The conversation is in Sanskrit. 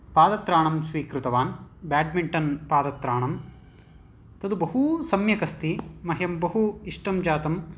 पादत्रणं स्वीकृतवान् बेड्मिटन् पादत्रणं तद् बहू सम्यकस्ति मह्यं बहु इष्टं जातं